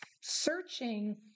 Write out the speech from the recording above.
searching